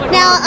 Now